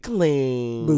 Clean